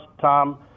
Tom